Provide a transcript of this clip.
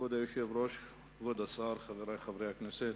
כבוד היושב-ראש, כבוד השר, חברי חברי הכנסת,